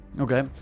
Okay